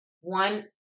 one